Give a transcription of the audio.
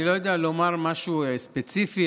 אני לא יודע לומר משהו ספציפי.